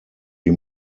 die